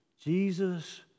Jesus